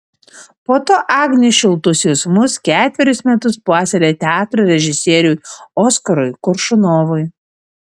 po to agnė šiltus jausmus ketverius metus puoselėjo teatro režisieriui oskarui koršunovui